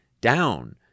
down